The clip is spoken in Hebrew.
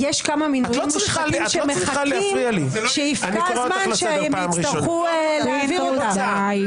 יש כמה מינויים מושחתים שיפקע הזמן שהם יצטרכו להעביר אותם.